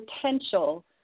potential